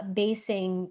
basing